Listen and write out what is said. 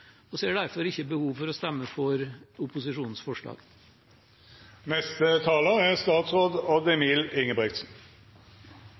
og ser derfor ikke behov for å stemme for opposisjonens